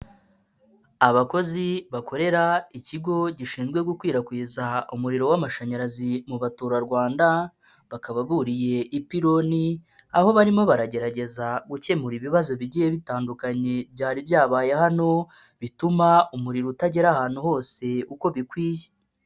Abakozi bakorera ikigo gishinzwe gukwirakwiza umuriro w'amashanyarazi mu baturarwanda, bakababuriye ipironi, aho barimo baragerageza gukemura ibibazo bigiye bitandukanye byari byabaye hano, bituma umuriro utagera ahantu hose uko bikwiye.